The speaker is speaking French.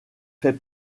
fait